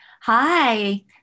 Hi